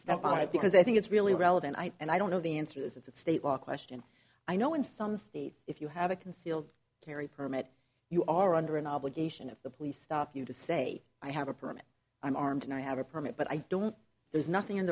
step on it because i think it's really relevant i and i don't know the answer is it's state law question i know in some states if you have a concealed carry permit you are under an obligation if the police stop you to say i have a permit i'm armed and i have a permit but i don't there's nothing in